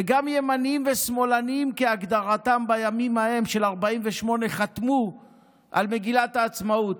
וגם ימנים ושמאלנים כהגדרתם בימים ההם של 48' חתמו על מגילת העצמאות: